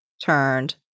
Turned